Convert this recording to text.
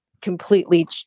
completely